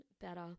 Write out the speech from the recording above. better